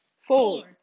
Four